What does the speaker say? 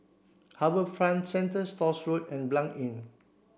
HarbourFront Centre Stores Road and Blanc Inn